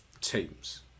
teams